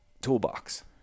toolbox